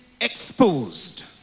exposed